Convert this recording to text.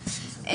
כן.